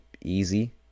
easy